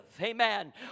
Amen